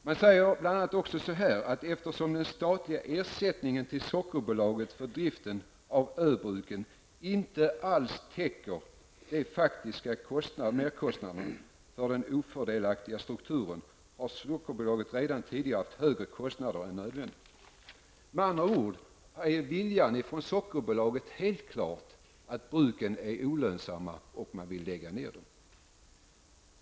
Man säger bl.a.: Eftersom den statliga ersättningen till Sockerbolaget för driften av öbruken inte alls täcker de faktiska merkostnaderna för den ofördelakiga strukturen har Sockerbolaget redan tidigare haft högre kostnader än nödvändigt. Med andra ord anser Sockerbolaget att bruken är olönsamma, och man vill lägga ned dem.